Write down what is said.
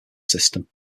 system